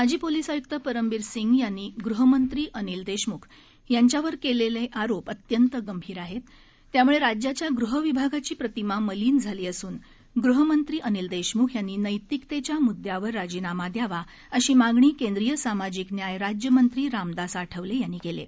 माजी पोलीस आयुक्त परमबीर सिंग यांनी गृहमंत्री अनिल देशमुख यांच्यावर केलेल आरोप अत्यंत गंभीर आहे त्यामुळे राज्याच्या गृह विभागाची प्रतिमा मलीन झाली असून गृहमंत्री अनिल देशमुख यांनी नैतिकेच्या मुद्यावर राजीनामा द्यावा अशी मागणी केंद्रीय सामाजिक न्याय राज्यमंत्री रामदास आठवले यांनी केली आहे